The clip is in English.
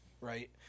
right